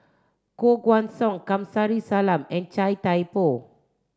Koh Guan Song Kamsari Salam and Chia Thye Poh